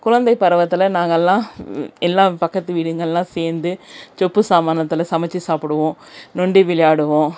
குழந்தை பருவத்தில் நாங்களெல்லாம் எல்லா பக்கத்து வீடுங்களெல்லாம் சேர்ந்து சொப்பு சாமானத்தில் சமைச்சு சாப்பிடுவோம் நொண்டி விளையாடுவோம்